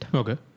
okay